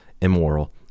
immoral